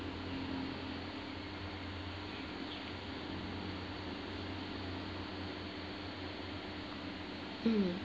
mm